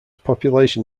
population